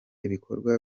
ibikorwa